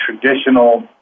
traditional